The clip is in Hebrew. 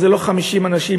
אלו לא 50 אנשים,